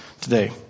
today